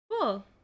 Cool